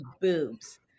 boobs